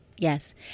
Yes